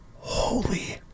Holy